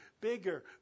Bigger